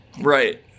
Right